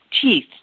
teeth